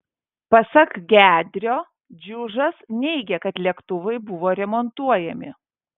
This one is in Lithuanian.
pasak gedrio džiužas neigė kad lėktuvai buvo remontuojami